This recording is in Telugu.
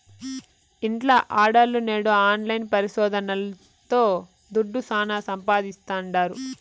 ఇంట్ల ఆడోల్లు నేడు ఆన్లైన్ పరిశోదనల్తో దుడ్డు శానా సంపాయిస్తాండారు